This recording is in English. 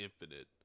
Infinite